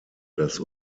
das